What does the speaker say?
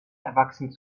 erwachsen